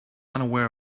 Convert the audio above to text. unaware